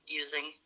using